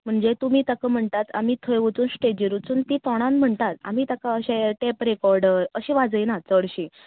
म्हणजे तुमी ताका म्हणटात आमी थंय वचून स्टेजीर वचून ती तोंडान म्हणटात आमी ताका तशे ते टेपरिकॉर्डर अशे वाजयनात चडशीं